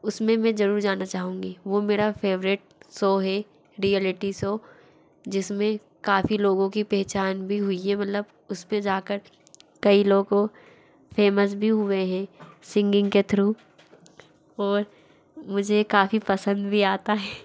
उसमें मैं जरूर जाना चाहूँगी वो मेरा फेवरेट शो है रीऐलिटी शो जिसमे काफ़ी लोगों की पहचान भी हुई है मतलब उसपे जाकर कई लोगों फेमस भी हुए हैं सिंगिंग के थ्रू और मुझे काफ़ी पसंद भी आता है